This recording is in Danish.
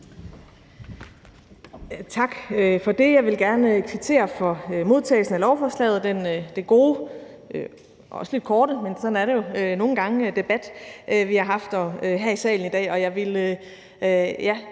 Tak for det. Jeg vil gerne kvittere for modtagelsen af lovforslaget og den gode, men også lidt korte – sådan er det jo nogle gange – debat, vi har haft her i salen i dag.